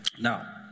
Now